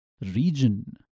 region